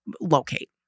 locate